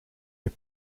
est